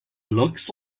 looks